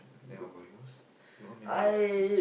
then how about yours you got memorable